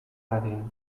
dadin